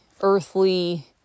earthly